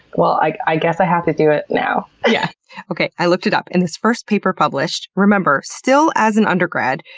well, i i guess i have to do it now. yeah okay, i looked it up and this first paper published, remember, still as an undergrad,